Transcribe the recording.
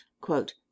quote